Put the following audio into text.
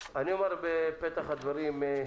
בפתח הדברים אני אומר,